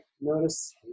notice